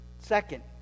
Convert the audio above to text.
Second